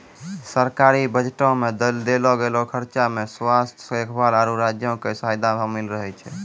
सरकारी बजटो मे देलो गेलो खर्चा मे स्वास्थ्य देखभाल, आरु राज्यो के फायदा शामिल रहै छै